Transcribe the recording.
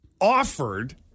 offered